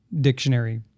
dictionary